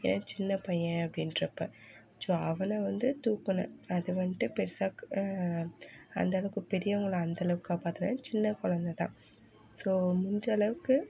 ஏன் சின்ன பையன் அப்படின்றப்ப ஸோ அவனை வந்து தூக்கினேன் அது வந்துட்டு பெருசாக கு அந்தளவுக்கு பெரியவங்களை அந்தளவுக்கு காப்பாற்றல சின்ன குழந்ததான் ஸோ முடிஞ்ச அளவுக்கு